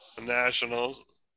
Nationals